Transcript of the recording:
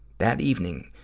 that evening,